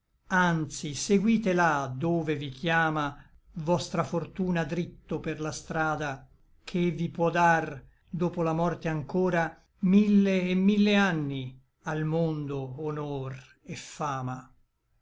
anzi seguite là dove vi chiama vostra fortuna dritto per la strada che vi può dar dopo la morte anchora mille et mille anni al mondo honor et fama